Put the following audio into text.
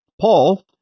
Paul